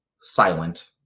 silent